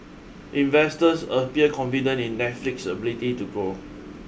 investors appear confident in Netflix's ability to grow